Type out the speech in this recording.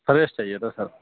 fresh چاہیے تھا سر